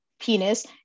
penis